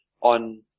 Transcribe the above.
on